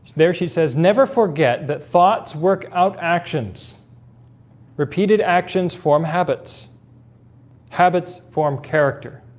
there she says never forget that thoughts work out actions repeated actions form habits habits form character